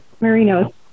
Marino